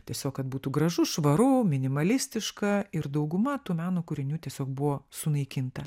tiesiog kad būtų gražu švaru minimalistiška ir dauguma tų meno kūrinių tiesiog buvo sunaikinta